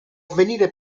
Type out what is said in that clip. venire